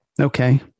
Okay